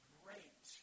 great